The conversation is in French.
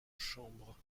chambre